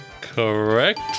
Correct